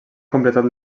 completat